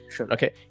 okay